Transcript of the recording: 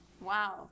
Wow